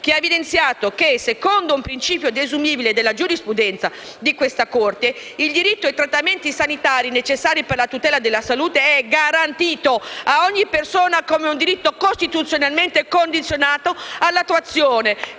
che ha evidenziato che, secondo un principio desumibile della giurisprudenza della stessa Corte, il diritto ai trattamenti sanitari necessari per la tutela della salute è garantito a ogni persona come costituzionalmente condizionato all'attuazione